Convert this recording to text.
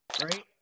right